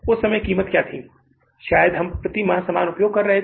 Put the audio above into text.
उस समय कीमत क्या थी शायद हम प्रति माह समान उपयोग कर रहे हैं